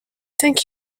thank